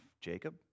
Jacob